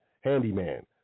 handyman